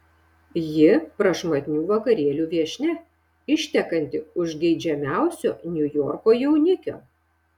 ji prašmatnių vakarėlių viešnia ištekanti už geidžiamiausio niujorko jaunikio